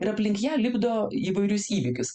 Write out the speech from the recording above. ir aplink ją lipdo įvairius įvykius